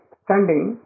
standing